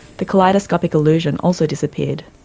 the kaleidoscopic illusion also disappeared.